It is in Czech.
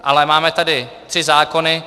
Ale máme tady tři zákony.